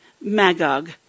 Magog